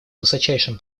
высочайшим